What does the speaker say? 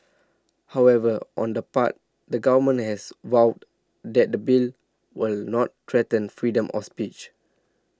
however on the part the government has vowed that the Bill will not threaten freedom of speech